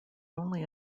only